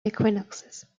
equinoxes